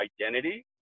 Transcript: identity